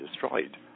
destroyed